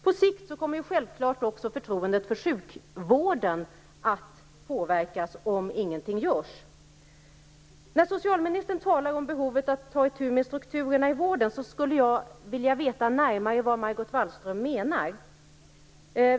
På sikt kommer självklart också förtroendet för sjukvården att påverkas om ingenting görs. Socialministern talar om behovet att ta itu med strukturerna i vården, och jag skulle vilja veta närmare vad Margot Wallström menar.